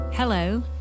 Hello